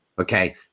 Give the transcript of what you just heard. Okay